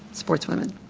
sportswomen.